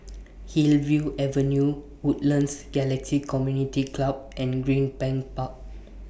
Hillview Avenue Woodlands Galaxy Community Club and Greenbank Park